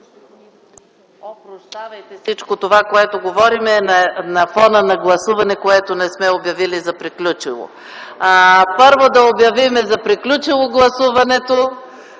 Прощавайте, всичко това, което говорим, е на фона на гласуване, което не сме обявили за приключило. Първо да обявим за приключило гласуването